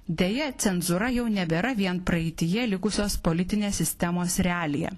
deja cenzūra jau nebėra vien praeityje likusios politinės sistemos realija